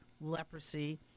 leprosy